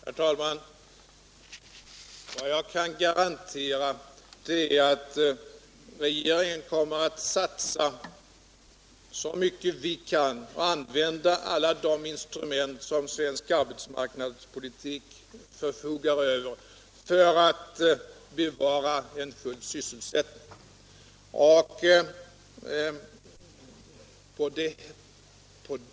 Herr talman! Vad jag kan garantera är att regeringen kommer att satsa så mycket den kan och använda alla de instrument som svensk arbetsmarknadspolitik förfogar över för att bevara en full sysselsättning.